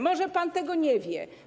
Może pan tego nie wie.